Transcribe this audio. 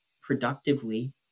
productively